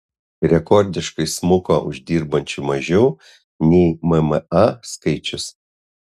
rekordiškai smuko uždirbančių mažiau nei mma skaičius